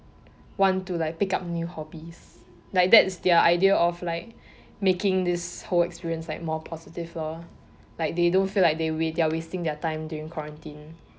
want to like pick up new hobbies like that's their idea of like making this whole experience like more positive lor like they don't feel like they wa~ they are wasting their time doing quarantine